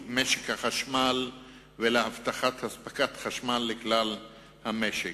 משק החשמל ולהבטחת אספקת חשמל לכלל המשק.